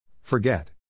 Forget